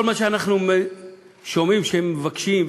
כל מה שאנחנו שומעים שמבקשים,